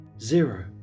zero